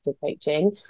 coaching